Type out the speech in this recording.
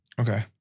Okay